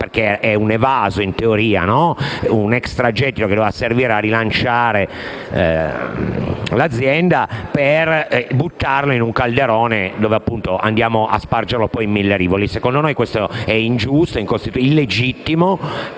che, essendo in teoria un extragettito, doveva servire a rilanciare l'azienda per buttarlo in un calderone e andare a spargerlo in mille rivoli. Secondo me ciò è ingiusto e illegittimo,